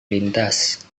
lintas